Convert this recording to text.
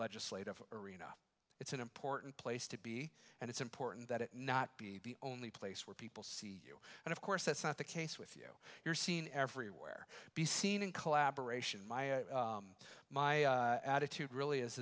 legislative arena it's an important place to be and it's important that it not be the only place where people see you and of course that's not the case with you you're seen everywhere be seen in collaboration my attitude really is